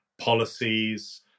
policies